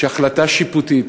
שהחלטה שיפוטית